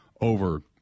over